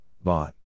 bought